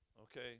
okay